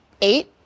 eight